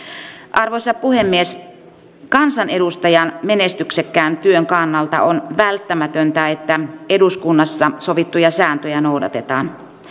arvoisa puhemies kansanedustajan menestyksekkään työn kannalta on välttämätöntä että eduskunnassa sovittuja sääntöjä noudatetaan